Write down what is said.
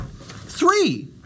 Three